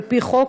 על-פי חוק,